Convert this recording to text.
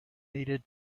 needed